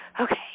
Okay